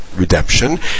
redemption